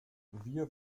wir